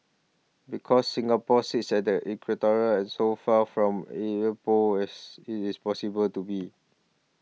because Singapore sits at the equator as so far from either pole as it is possible to be